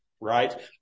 right